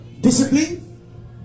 discipline